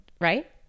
right